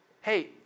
hey